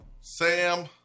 Sam